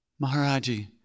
Maharaji